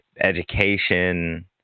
education